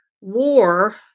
war